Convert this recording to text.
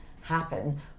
happen